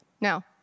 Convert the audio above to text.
Now